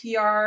PR